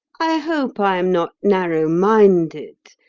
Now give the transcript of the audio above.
i hope i am not narrow minded,